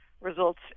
results